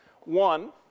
One